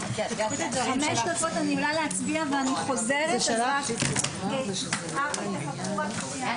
10:37.